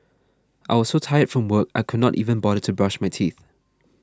I was so tired from work I could not even bother to brush my teeth